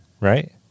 right